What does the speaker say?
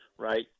Right